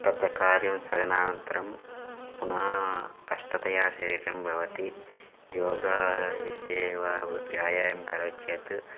तत् कार्यं स्थगनानन्तरं पुनः कष्टतया शरीरं भवति योगस्य विषये वा व्यायामं करोति चेत्